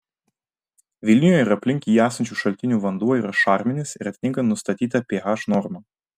vilniuje ir aplink jį esančių šaltinių vanduo yra šarminis ir atitinka nustatytą ph normą